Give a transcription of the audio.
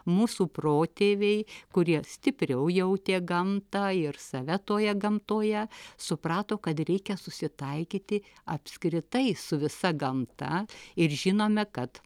mūsų protėviai kurie stipriau jautė gamtą ir save toje gamtoje suprato kad reikia susitaikyti apskritai su visa gamta ir žinome kad